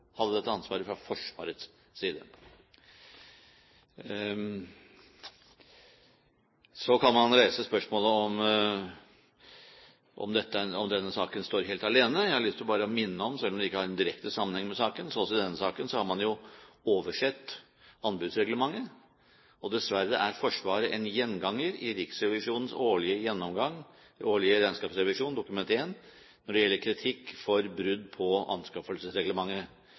hadde dette ansvaret fra Forsvarets side. Så kan man reise spørsmålet om denne saken står helt alene. Jeg har lyst til bare å minne om, selv om det ikke har en direkte sammenheng med saken, at også i denne saken har man jo oversett anbudsreglementet. Dessverre er Forsvaret en gjenganger i Riksrevisjonens årlige regnskapsrevisjon, Dokument 1, når det gjelder kritikk for brudd på anskaffelsesreglementet.